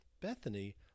Bethany